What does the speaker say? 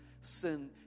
sin